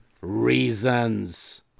reasons